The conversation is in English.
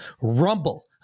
Rumble